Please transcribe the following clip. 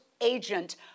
agent